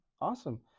Awesome